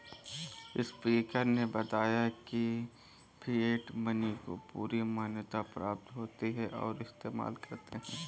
speaker ने बताया की फिएट मनी को पूरी मान्यता प्राप्त होती है और इस्तेमाल करते है